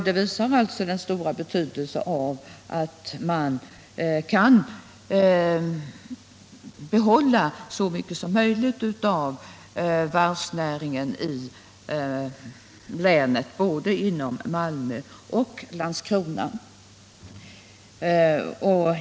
Detta understryker betydelsen av att man får behålla så mycket som möjligt av varvsnäringen i länet.